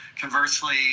conversely